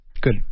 Good